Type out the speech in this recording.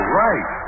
right